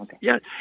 yes